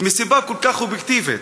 מסיבה כל כך אובייקטיבית,